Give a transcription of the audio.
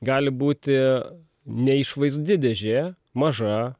gali būti neišvaizdi dėžė maža